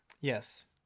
Yes